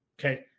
Okay